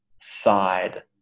side